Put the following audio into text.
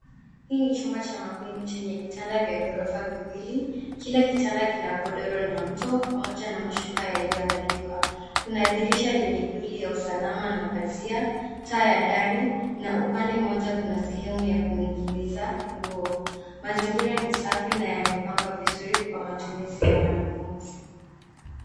Hii ni chumba cha mabweni chenye vitanda vya gorofa viwili, kila kitanda kina godoro la mto pamoja na mashuka yaliyoandaliwa. Kuna dirisha lenye grill ya usalama na pazia, taa ya dari na upande mmoja kuna sehemu ya kuning'iniza nguo. Mazingira ni safi na yamepangwa vizuri kwa matumizi ya wanafunzi.